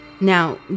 Now